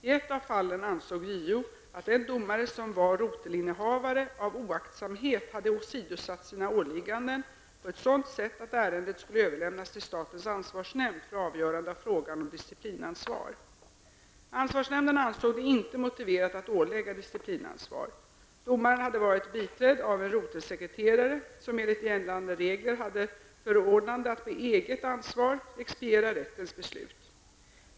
I ett av fallen ansåg JO att den domare som var rotelinnehavare av oaktsamhet hade åsidosatt sina åligganden på ett sådant sätt att ärendet skulle överlämnas till statens ansvarsnämnd för avgörande av frågan om disciplinansvar. Ansvarsnämnden ansåg det inte motiverat att ålägga disciplinansvar. Domaren hade varit biträdd av en rotelsekreterare som enligt gällande regler hade förordnande att på eget ansvar expediera rättens beslut.